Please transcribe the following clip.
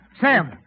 Sam